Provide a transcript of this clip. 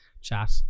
chat